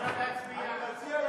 פחות הסכמה בצד הזה של האולם.